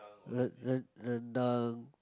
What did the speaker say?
re~ re~ rendang